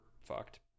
fucked